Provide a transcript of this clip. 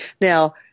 Now